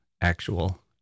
actual